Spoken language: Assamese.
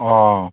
অঁ